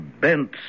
bent